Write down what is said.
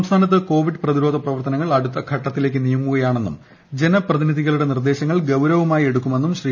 സംസ്ഥാനത്ത് കോവിഡ് പ്രതിരോധ പ്രവർത്തനങ്ങൾ അടുത്ത് ഘട്ടത്തിലേയ്ക്ക് നീങ്ങുകയാണെന്നും ജനപ്രതിനിധികളുടെ നിർദ്ദേശങ്ങൾ ഗൌരവമായി എടുക്കുമെന്നും ശ്രീ